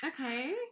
Okay